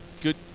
good